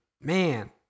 man